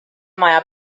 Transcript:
maja